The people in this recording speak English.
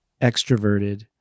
Extroverted